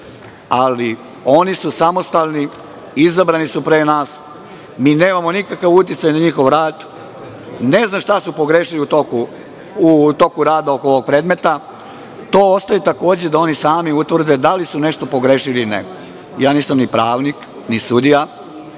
ali oni su samostalni, izabrani su pre nas. Mi nemamo nikakav uticaj na njihov rad. Ne znam šta su pogrešili u toku rada oko ovog predmeta. To ostaje takođe da oni sami utvrde da li su nešto pogrešili ili ne. Ja nisam ni pravnik, ni sudija.